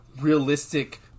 realistic